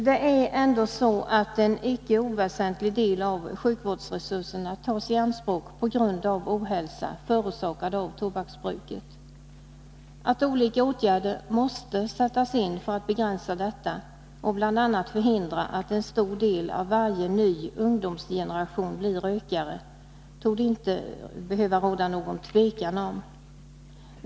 Det är ändå så att en icke oväsentlig del av sjukvårdsresurserna tas i anspråk på grund av ohälsa, förorsakad av tobaksbruket. Att olika åtgärder måste sättas in för att begränsa detta, och bl.a. förhindra att en stor del av varje ny ungdomsgeneration blir rökare, torde det inte behöva råda något tvivel om.